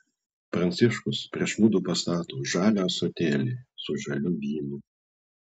pranciškus prieš mudu pastato žalią ąsotėlį su žaliu vynu